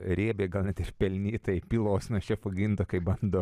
riebiai gal net ir pelnytai pylos nuo šefo ginto